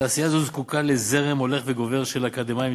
תעשייה זו זקוקה לזרם הולך וגובר של אקדמאים מצטיינים,